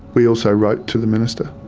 we also wrote to the minister,